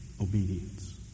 obedience